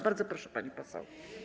Bardzo proszę, pani poseł.